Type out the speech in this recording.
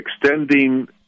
extending